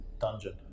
dungeon